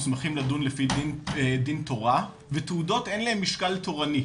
מוסמכים לדון לפי דין תורה ותעודות אין להם משקל תורני,